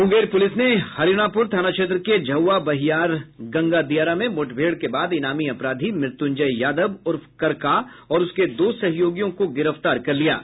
Munger police ने हरिणापुर थाना क्षेत्र के झौआ बहियार गंगा दियारा में मुठभेड़ के बाद ईनामी अपराधी मृत्युंजय यादव उर्फ करका और उसके दो सहयोगियों को गिरफ्तार किया है